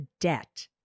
debt